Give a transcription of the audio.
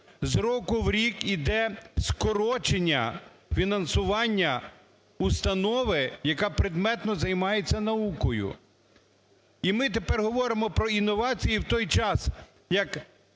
З року в рік іде скорочення фінансування установи, яка предметно займається наукою. І ми тепер говоримо про інновації в той час як